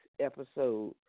episode